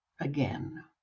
again